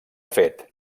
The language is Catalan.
fet